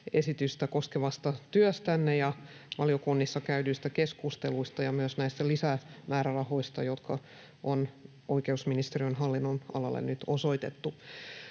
koskevasta työstänne ja valiokunnissa käydyistä keskusteluista ja myös näistä lisämäärärahoista, jotka on oikeusministeriön hallinnonalalle nyt osoitettu.